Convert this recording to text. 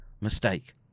mistake